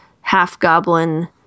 half-goblin